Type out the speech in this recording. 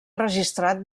registrat